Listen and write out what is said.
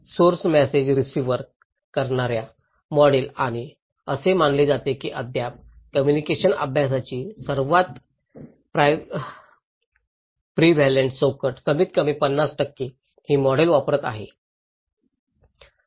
source message receive करणारा model आणि असे मानले जाते की अद्याप कम्युनिकेशन अभ्यासाची सर्वात प्रिव्यालेंट चौकट कमीतकमी 50 ही मॉडेल वापरत आहेत